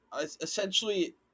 Essentially